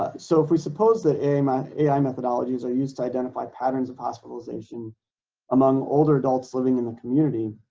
so if we suppose that a my ai methodologies are used to identify patterns of hospitalization among older adults living in the community